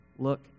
Look